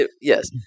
yes